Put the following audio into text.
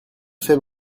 fait